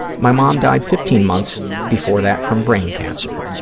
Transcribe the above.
my mom died fifteen months before that from brain cancer.